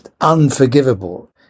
Unforgivable